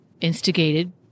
instigated